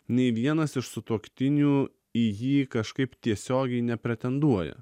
nei vienas iš sutuoktinių į jį kažkaip tiesiogiai nepretenduoja